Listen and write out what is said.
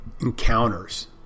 encounters